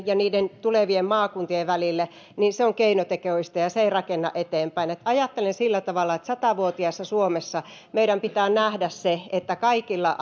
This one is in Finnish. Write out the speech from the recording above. ja niiden tulevien maakuntien välillä on keinotekoista ja se ei rakenna eteenpäin eli ajattelen sillä tavalla että sata vuotiaassa suomessa meidän pitää nähdä se että kaikilla